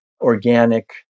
organic